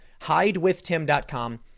hidewithtim.com